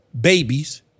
babies